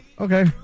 Okay